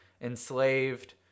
enslaved